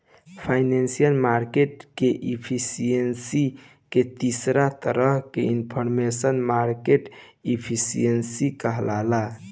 financial market के efficiency के तीसर तरह के इनफॉरमेशनल मार्केट एफिशिएंसी कहाला